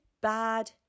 bad